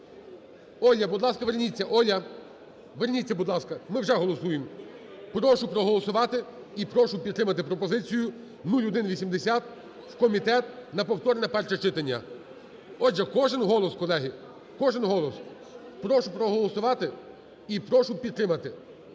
будь ласка. Ми вже голосуємо. Прошу проголосувати. І прошу підтримати пропозицію 0180, в комітет на повторне на перше читання. Отже, кожен голос, колеги, кожен голос. Прошу проголосувати. І прошу підтримати.